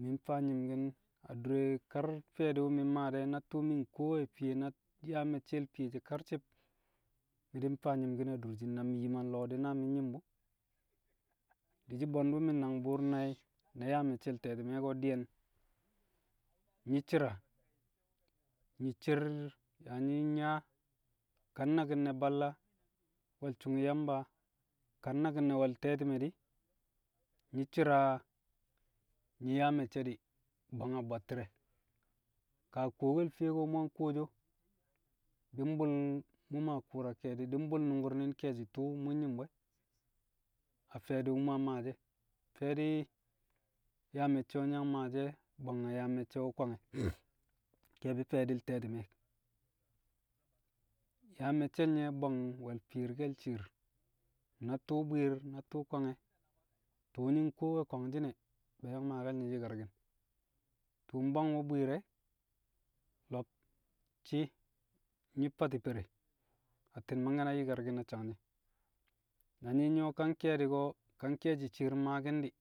Mi̱ mfaa nyi̱mki̱n adure kar fi̱ye̱di̱ wu̱ mi̱ mmaa de̱, na tṵṵ mi̱ nkuwowe fiye, na me̱cce̱l fiye she̱ karci̱b, mi̱ di̱ mfaa nyi̱mki̱n adurshin na mi̱ yim a nlo̱o̱ di̱ na mi̱ nyi̱m bu̱. Di̱shɪ bwe̱ndu̱ mi̱ nangbu̱u̱r nai̱ na yaa me̱cce̱l te̱ti̱me̱ ko̱ di̱yẹn, nyi̱ shi̱ra nyi̱ cer yaa nyi̱ yaa ka naki̱n nẹ balla, wẹl su̱ng Yamba ka nnaki̱n ne̱ we̱l te̱ti̱mẹ di̱, nyi̱ shi̱ra nyi̱ yaa me̱cce̱ di̱ bwang a bwatti̱rẹ. Kaa kuwokel fiye ko̱ mu̱ yang kuwoshi o di̱ mbu̱l mu̱ maa ku̱u̱ra ke̱e̱di̱, di̱ mbu̱l nu̱ngku̱r ni̱n ke̱e̱shi̱ tu̱u̱ mu̱ nyi̱m bu̱ ẹ. A fi̱ye̱di̱ wu̱ mu̱ yang maashi̱ e̱, fi̱ye̱di̱ yaa me̱cce̱ wu̱ mu̱ yang maashi̱ e̱, bwang a yaa me̱cce̱ wʉ kwange̱ nke̱e̱bi̱ fi̱ye̱di̱l te̱ti̱me̱. Yaa me̱cce̱l nye̱ bwang we̱l fi̱i̱rke̱l shi̱i̱r, na tṵṵ bwi̱i̱r na tṵṵ kwangẹ. Tṵṵ nƴi̱ nkuwowe kwangshi̱n e̱, be̱e̱ yang maake̱l nye̱ yi̱karki̱n. Tṵṵ mbwang bwi̱i̱r e̱, lo̱b so̱ nyi̱ fati̱ fere. Atti̱n mangkẹ na yi̱karki̱n a sang ne̱ nye̱. Na nyi̱ nyu̱wo̱ ka nkan ke̱e̱di̱ ko̱, ka nke̱e̱shi̱ shi̱i̱r maaki̱n di̱,